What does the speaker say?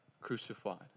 crucified